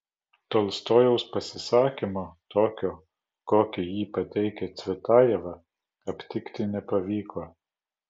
tolstojaus pasisakymo tokio kokį jį pateikė cvetajeva aptikti nepavyko